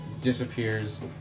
disappears